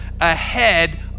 ahead